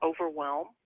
overwhelm